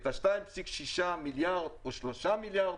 את ה-2.6 מיליארד או 3 מיליארד